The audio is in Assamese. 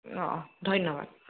অঁ অঁ ধন্যবাদ